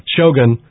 Shogun